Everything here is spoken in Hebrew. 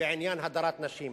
בעניין הדרת נשים.